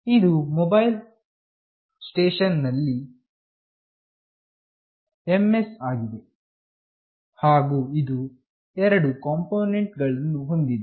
ಇದು mobile station ನಲ್ಲಿ MS ಆಗಿದೆ ಹಾಗು ಇದು ಎರಡು ಕಾಂಪೊನೆಂಟ್ ಗಳನ್ನು ಹೊಂದಿದೆ